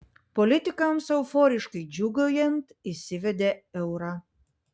politikams euforiškai džiūgaujant įsivedė eurą